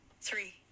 three